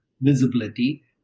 visibility